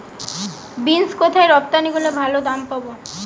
Beans কোথায় রপ্তানি করলে ভালো দাম পাব?